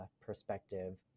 perspective